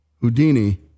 Houdini